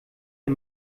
der